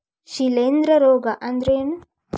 ಶಿಲೇಂಧ್ರ ರೋಗಾ ಅಂದ್ರ ಏನ್?